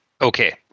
okay